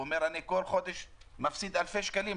הוא אומר: אני כל חודש מפסיד אלפי שקלים,